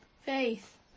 faith